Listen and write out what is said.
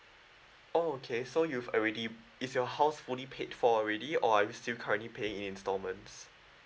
oh okay so you've already is your house fully paid for already or are you still currently paying installments